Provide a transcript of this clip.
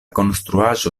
konstruaĵo